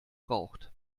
braucht